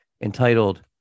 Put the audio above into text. entitled